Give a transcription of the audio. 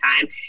time